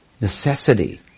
necessity